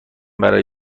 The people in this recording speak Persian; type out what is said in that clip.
برای